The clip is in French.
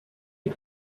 est